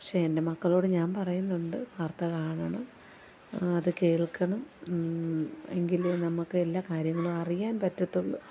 പക്ഷെ എൻ്റെ മക്കളോട് ഞാൻ പറയുന്നുണ്ട് വാർത്ത കാണണം അത് കേൾക്കണം എങ്കിലേ നമുക്ക് എല്ലാ കാര്യങ്ങളും അറിയാൻ പറ്റത്തുള്ളൂ